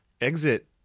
exit